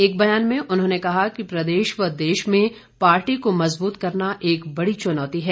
एक बयान में उन्होंने कहा कि प्रदेश व देश में पार्टी को मजबूत करना एक बड़ी चुनौती है